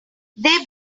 they